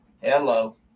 Hello